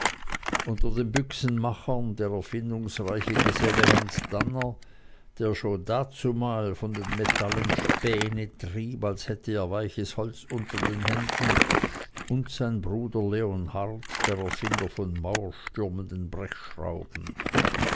unter den büchsenmachern der erfindungsreiche geselle hans danner der schon dazumal von den metallen späne trieb als hätte er weiches holz unter den händen und sein bruder leonhard der erfinder von